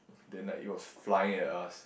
then like it was flying at us